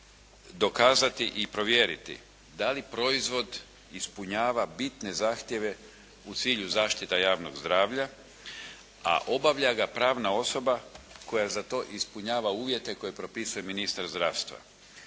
dokazati i provjeriti da li proizvod ispunjava bitne zahtjeve u cilju zaštite javnog zdravlja, a obavlja ga pravna osoba koja za to ispunjava uvjete koje propisuje ministar zdravstva.